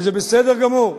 וזה בסדר גמור.